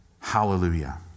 Hallelujah